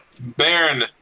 Baron